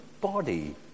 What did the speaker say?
body